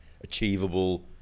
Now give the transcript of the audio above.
achievable